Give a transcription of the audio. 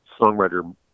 songwriter